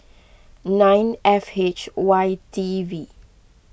nine F H Y T V